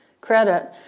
credit